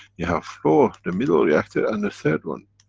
you have floor the middle reactor, and the third one.